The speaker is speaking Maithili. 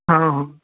हँ